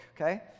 okay